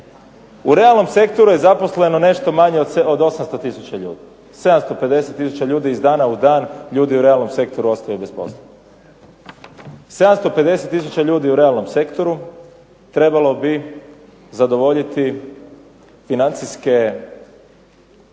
U realnom sektoru je zaposleno nešto manje od 800 tisuća ljudi. 750 tisuća ljudi iz dana u dan ljudi u realnom sektoru ostaju bez posla. 750 tisuća ljudi u realnom sektoru trebalo bi zadovoljiti financijske